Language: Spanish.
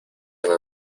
una